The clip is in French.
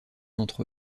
entre